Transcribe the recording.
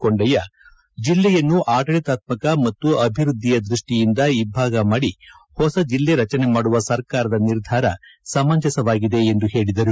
ಕೊಂಡಯ್ಯ ಜಿಲ್ಲೆಯನ್ನು ಆಡಳಿತಾತ್ಮಕ ಮತ್ತು ಅಭಿವೃದ್ದಿಯ ದೃಷ್ಟಿಯಿಂದ ಇಬ್ಬಾಗ ಮಾದಿ ಹೊಸ ಜಿಲ್ಲೆ ರಚನೆ ಮಾಡುವ ಸರ್ಕಾರದ ನಿರ್ಧಾರ ಸಮಂಜಸವಾಗಿದೆ ಎಂದು ಹೇಳಿದ್ದಾರೆ